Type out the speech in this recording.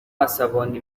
عصبانی